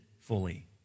fully